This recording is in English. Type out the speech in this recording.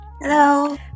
Hello